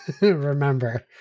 remember